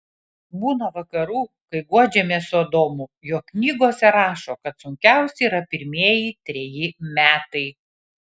būna vakarų kai guodžiamės su adomu jog knygose rašo kad sunkiausi yra pirmieji treji metai